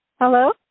Hello